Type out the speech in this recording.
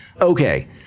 okay